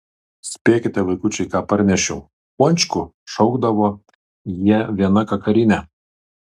spėkite vaikučiai ką parnešiau pončkų šaukdavo jie viena kakarine